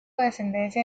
descendencia